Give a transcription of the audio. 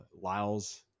Lyle's